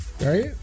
Right